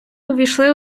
увійшли